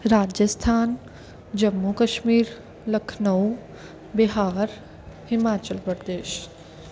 Rajasthan Jammu Kashmir Lucknow Bihar Himachal Pradesh